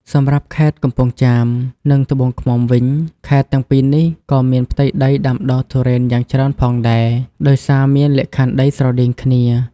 សម្រាប់់ខេត្តខេត្តកំពង់ចាម និងត្បូងឃ្មុំវិញ ខេត្តទាំងពីរនេះក៏មានផ្ទៃដីដាំដុះទុរេនយ៉ាងច្រើនផងដែរ ដោយសារមានលក្ខខណ្ឌដីស្រដៀងគ្នា។